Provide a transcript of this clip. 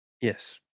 Yes